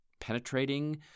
penetrating